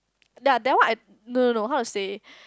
yea that one I no no no how to say